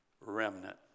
remnant